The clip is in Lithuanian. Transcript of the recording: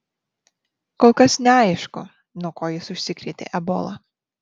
kol kas neaišku nuo ko jis užsikrėtė ebola